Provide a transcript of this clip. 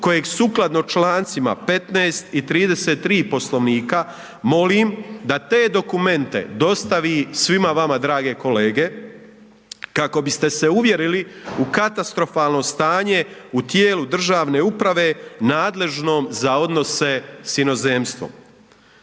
kojeg sukladno člancima 15. i 33. poslovnika, molim da te dokumente dostavi svima vama drage kolege, kako bi se uvjerili u katastrofalno stanje u tijelu državne uprave nadležno za odnose s inozemstvom.